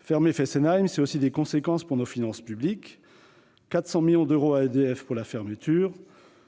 Fermer Fessenheim a aussi eu des conséquences pour nos finances publiques. On a dû verser 400 millions d'euros à EDF pour sa fermeture,